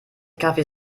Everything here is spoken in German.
kaffee